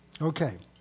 Okay